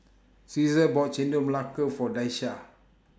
Caesar bought Chendol Melaka For Daisha